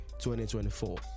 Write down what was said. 2024